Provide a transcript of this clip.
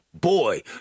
boy